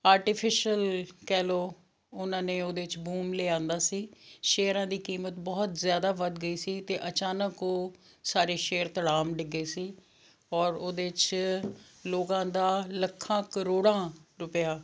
artificial ਕਹਿ ਲਉ ਉਨ੍ਹਾਂ ਨੇ ਉਹਦੇ 'ਚ ਬੂਮ ਲਿਆਂਦਾ ਸੀ ਸ਼ੇਅਰਾਂ ਦੀ ਕੀਮਤ ਬਹੁਤ ਜ਼ਿਆਦਾ ਵੱਧ ਗਈ ਸੀ ਅਤੇ ਅਚਾਨਕ ਉਹ ਸਾਰੇ ਸ਼ੇਅਰ ਧੜਾਮ ਡਿੱਗੇ ਸੀ ਔਰ ਉਹਦੇ 'ਚ ਲੋਕਾਂ ਦਾ ਲੱਖਾਂ ਕਰੋੜਾਂ ਰੁਪਇਆ